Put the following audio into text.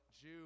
jew